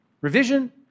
Revision